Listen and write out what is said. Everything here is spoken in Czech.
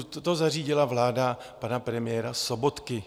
To zařídila vláda pana premiéra Sobotky.